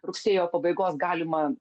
rugsėjo pabaigos galima